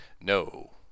No